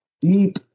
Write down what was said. deep